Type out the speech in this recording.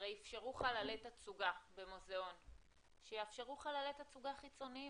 הרי איפשרו חללי תצוגה במוזיאון אז שיאפשרו חללי תצוגה חיצוניים.